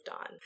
on